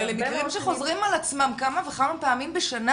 אבל אלה מקרים שחוזרים על עצמם כמה וכמה פעמים בשנה.